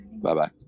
Bye-bye